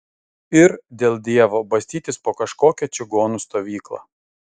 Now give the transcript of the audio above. ir dėl dievo bastytis po kažkokią čigonų stovyklą